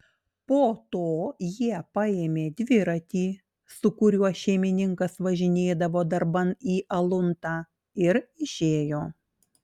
po to jie paėmė dviratį su kuriuo šeimininkas važinėdavo darban į aluntą ir išėjo